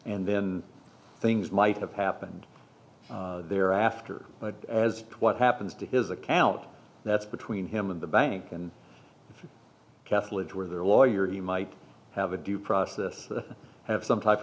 and then things might have happened there after but as to what happens to his account that's between him and the bank and catholics where their lawyer he might have a due process have some type of